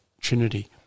Trinity